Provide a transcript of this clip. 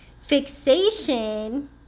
Fixation